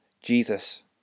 jesus